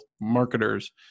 marketers